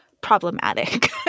problematic